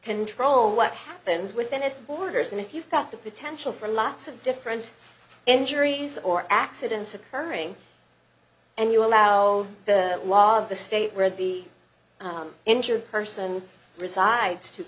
control what happens within its borders and if you've got the potential for lots of different injuries or accidents occurring and you allow the law of the state where the injured person resides to